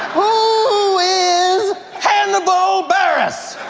who is hannibal buress!